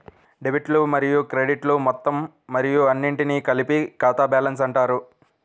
డెబిట్లు మరియు క్రెడిట్లు మొత్తం మరియు అన్నింటినీ కలిపి ఖాతా బ్యాలెన్స్ అంటారు